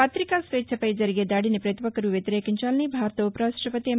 పత్రికా స్వేచ్చపై జరిగే దాడిని పతి ఒక్కరూ వ్యతిరేకించాలని భారత ఉపరాష్టపతి ఎం